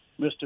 Mr